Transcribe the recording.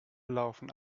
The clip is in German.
laufen